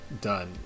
done